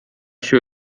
się